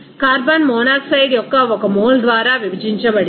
carbon monoxide యొక్క 1 mole ద్వారా విభజించబడింది